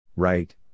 right